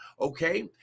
Okay